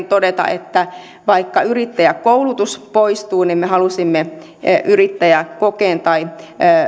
todeta että vaikka yrittäjäkoulutus poistuu niin me haluamme yrittäjäkokeen tai